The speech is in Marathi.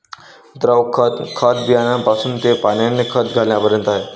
द्रव खत, खत बियाण्यापासून ते पाण्याने खत घालण्यापर्यंत आहे